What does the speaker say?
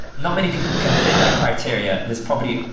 not many people can fit that criteria. this property.